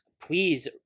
please